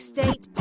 State